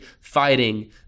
fighting